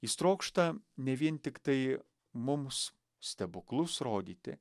jis trokšta ne vien tiktai mums stebuklus rodyti